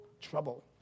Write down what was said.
trouble